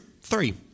Three